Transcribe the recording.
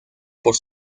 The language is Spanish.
por